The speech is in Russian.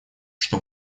что